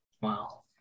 Wow